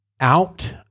Out